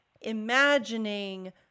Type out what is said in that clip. imagining